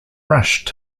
rushed